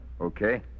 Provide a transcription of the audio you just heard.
Okay